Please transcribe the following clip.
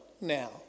now